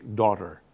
daughter